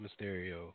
Mysterio